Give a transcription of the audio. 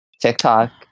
TikTok